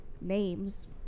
names